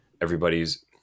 everybody's